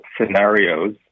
scenarios